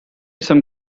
some